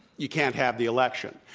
you can't have the election.